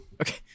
Okay